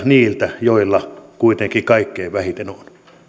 niiltä joilla kuitenkin kaikkein vähiten on